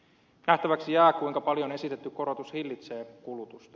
nähtäväksi jää kuinka paljon esitetty korotus hillitsee kulutusta